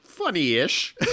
Funny-ish